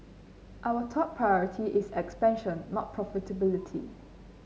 our top priority is expansion not profitability